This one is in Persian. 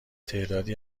تعدادی